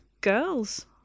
girls